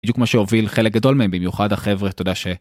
בדיוק כמו שהוביל חלק גדול מהם במיוחד החבר'ה אתה יודע ש...